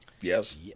Yes